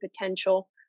potential